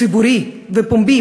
ציבורי ופומבי,